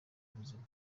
ubuzima